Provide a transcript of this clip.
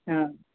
ହଁ